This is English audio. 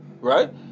Right